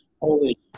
Holy